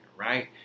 right